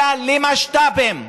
אלא למשת"פים,